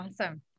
Awesome